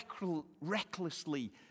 recklessly